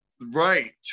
right